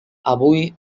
avui